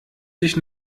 sich